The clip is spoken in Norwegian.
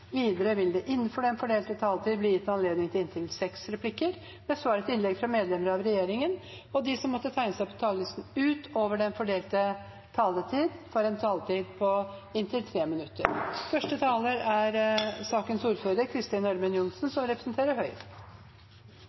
Videre vil det – innenfor den fordelte taletid – bli gitt anledning til inntil seks replikker med svar etter innlegg fra medlemmer av regjeringen, og de som måtte tegne seg på talerlisten utover den fordelte taletid, får en taletid på inntil 3 minutter.